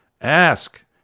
Ask